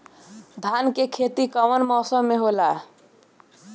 धान के खेती कवन मौसम में होला?